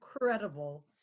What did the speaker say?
incredible